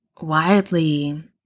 Widely